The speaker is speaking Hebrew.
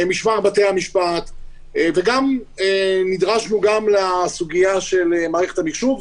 משמר בתי-המשפט וגם נדרשנו לסוגיה של מערכת המחשוב.